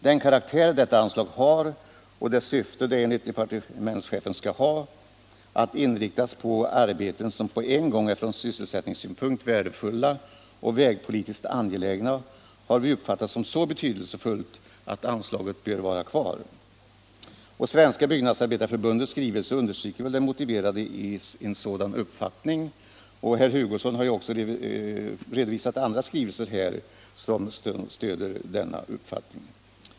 Den karaktär detta anslag har och det syfte som det enligt departementschefen skall ha — att inriktas på arbeten som är på en gång från sysselsättningssynpunkt värdefulla och vägpolitiskt angelägna — har vi uppfattat som så betydelsefullt att anslaget bör vara kvar. Svenska byggnadsarbetareförbundets skrivelse understryker väl det motiverade i en sådan uppfattning. Herr Hugosson har också redovisat andra skrivelser som stöder denna uppfattning.